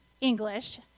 English